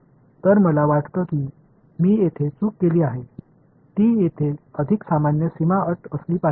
तर मला वाटतं की मी येथे चूक केली आहे ती येथे अधिक सामान्य सीमा अट असली पाहिजे